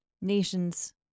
nations